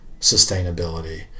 sustainability